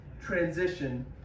transition